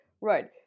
Right